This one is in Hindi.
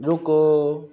रुको